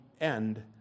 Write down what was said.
end